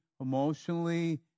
emotionally